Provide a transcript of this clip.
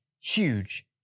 huge